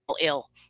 ill